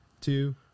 two